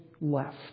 left